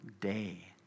day